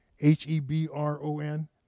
H-E-B-R-O-N